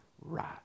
right